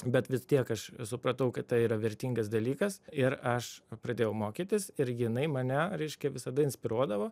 bet vis tiek aš supratau kad tai yra vertingas dalykas ir aš pradėjau mokytis ir jinai mane reiškia visada inspiruodavo